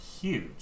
huge